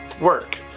work